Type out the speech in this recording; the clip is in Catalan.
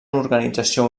organització